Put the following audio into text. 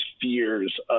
fears